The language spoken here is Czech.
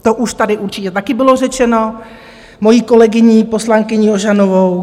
To už tady určitě taky bylo řečeno mojí kolegyní poslankyní Ožanovou.